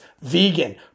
vegan